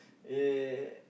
uh